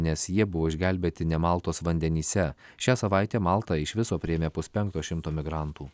nes jie buvo išgelbėti ne maltos vandenyse šią savaitę malta iš viso priėmė puspenkto šimto migrantų